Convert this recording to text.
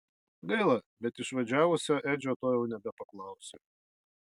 gaila bet išvažiavusio edžio to jau nebepaklausiu